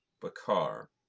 Bakar